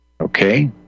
Okay